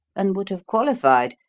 and would have qualified,